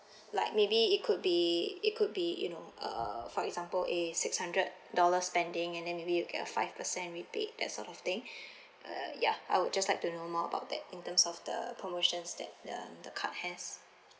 like maybe it could be it could be you know uh for example a six hundred dollar spending and then maybe you get a five percent rebate that sort of thing uh ya I would just like to know more about that in terms of the promotions that uh the card has